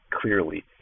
Clearly